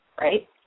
right